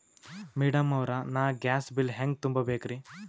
Madam ಅವ್ರ, ನಾ gas bill ಹೆಂಗ ತುಂಬಾ ಬೇಕ್ರಿ?